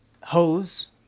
hose